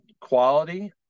quality